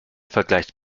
vergleicht